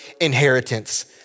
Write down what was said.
inheritance